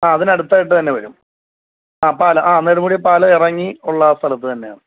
ആ അതിനടുത്തായിട്ടു തന്നെ വരും ആ പാലം ആ നെടുമുടി പാലം ഇറങ്ങി ഉള്ള സ്ഥലത്തു തന്നെയാണ്